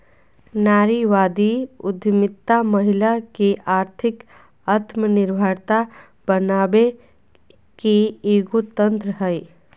नारीवादी उद्यमितामहिला के आर्थिक आत्मनिर्भरता बनाबे के एगो तंत्र हइ